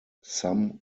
some